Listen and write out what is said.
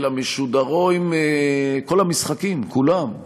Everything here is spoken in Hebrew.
אלא משודרים כל המשחקים כולם,